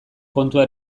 kontua